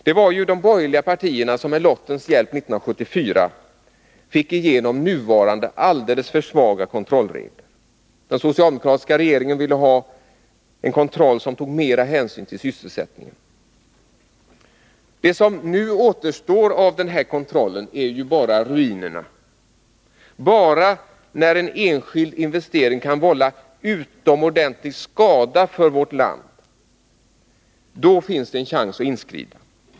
Det var de borgerliga partierna som med lottens hjälp 1974 fick igenom nuvarande alldeles för svaga kontrollregler. Den socialdemokratiska regeringen ville ha en kontroll som mera tog hänsyn till sysselsättningen. Vad som nu återstår av denna kontroll är bara ruinerna. Bara när en enskild investering kan vålla utomordentlig skada för vårt land finns det en chans att inskrida.